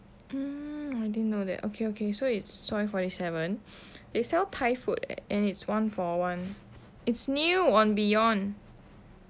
mm I didn't know that okay okay so it's soi forty seven they sell thai food and it's one for one it's new on beyond